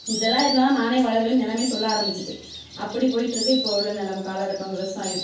இதெல்லாம் இருந்தால் தான் நானே வளருவேன்னு நிலமே சொல்ல ஆரம்பிச்சுட்டு அப்படி போய்ட்ருக்கு இப்போ உள்ள நெலமை நம்ம காலகட்டம் விவசாயம்